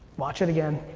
watch it again.